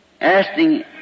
asking